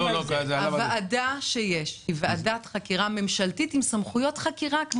הוועדה שיש היא ועדת חקירה ממשלתית עם סמכויות חקירה,